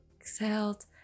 exhaled